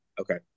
okay